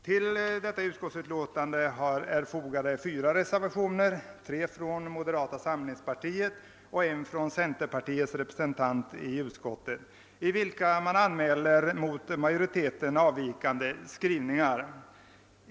Till utlåtandet är fogade fyra reservationer — tre från moderata samlingspartiet och en från centerpartiet — i vilka man föreslår skrivningar avvikande från majoritetens.